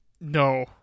No